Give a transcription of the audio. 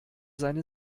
seine